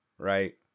Right